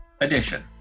edition